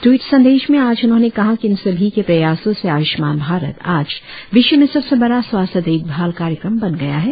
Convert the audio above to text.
tweet संदेश में आज उन्होंने कहा कि इन सभी के प्रयासों से आयुष्मान भारत आज विश्व में सबसे बड़ा स्वास्थ देखभाल कार्यक्रम बन गया है